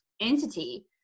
entity